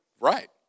Right